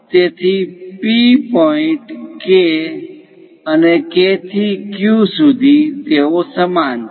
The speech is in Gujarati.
તેથી P પોઇન્ટ K અને K થી Q સુધી તેઓ સમાન છે